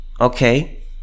Okay